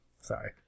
Sorry